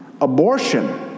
abortion